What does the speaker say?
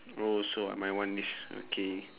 oh so I might want this okay